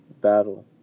battle